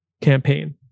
campaign